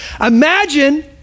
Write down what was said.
Imagine